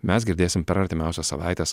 mes girdėsim per artimiausias savaites